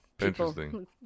interesting